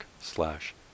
slash